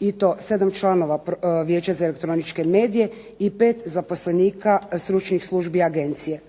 i to 7 članova Vijeća za elektroničke medije i 5 zaposlenika stručnih službi agencije.